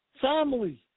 family